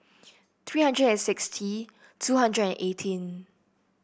three hundred and sixty two hundred and eighteen